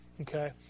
Okay